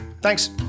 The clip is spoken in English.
Thanks